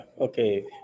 Okay